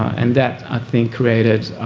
and that, i think, created